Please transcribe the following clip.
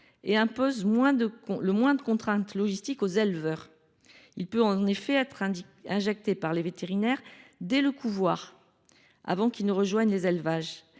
et impose le moins de contraintes logistiques aux éleveurs. Il peut en effet être injecté par les vétérinaires dès le couvoir, avant que les canards ne rejoignent les élevages.